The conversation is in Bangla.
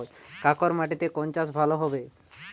কাঁকর মাটিতে কোন চাষ ভালো হবে?